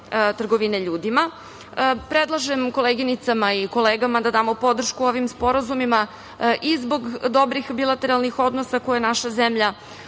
trgovine ljudima. Predlažem koleginicama i kolegama da damo podršku ovim sporazumima i zbog dobrih bilateralnih odnosa koje naša zemlja